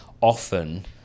often